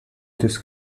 this